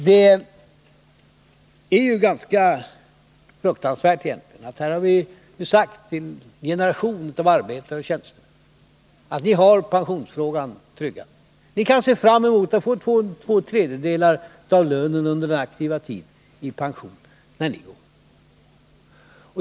Det är egentligen ganska fruktansvärt. Här har vi sagt till en generation av arbetare och tjänstemän: Ni har pensionsfrågan tryggad. Ni kan se fram emot att få två tredjedelar av lönen under er aktiva tid i pension.